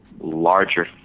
larger